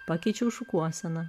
pakeičiau šukuoseną